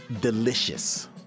delicious